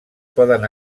poden